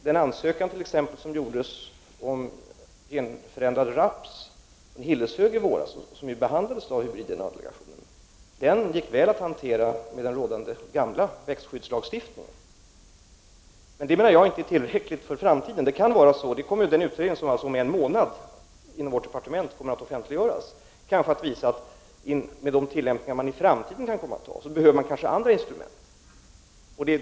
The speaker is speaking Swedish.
Den ansökan som t.ex. gjordes om genförändrad raps i Hilleshög i våras, som behandlades av hybrid-DNA-delegationen, gick att hantera med den rådande gamla växtskyddslagen. Jag menar inte att det är tillräckligt för framtiden. Det kan vara så. Den utredning som om en månad kommer att offentliggöras inom vårt departement kommer kanske att visa att med de tillämpningar man kan ha i framtiden behöver vi andra instrument.